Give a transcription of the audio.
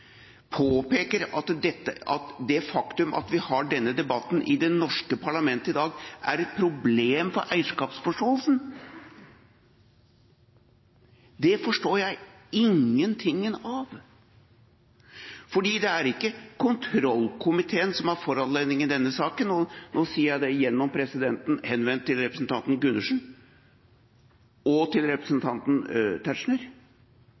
påpeker at det faktum at vi har denne debatten i det norske parlamentet i dag, er et problem for eierskapsforståelsen. Det forstår jeg ingenting av. For det er ikke kontrollkomiteen som har foranledning i denne saken, og nå sier jeg gjennom presidenten henvendt til representanten Gundersen og representanten Tetzschner: